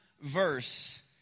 verse